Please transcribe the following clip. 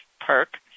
perk